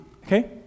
okay